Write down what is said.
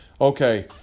Okay